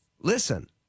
Listen